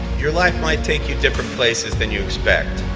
your life might take you different places than you expect.